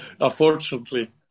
unfortunately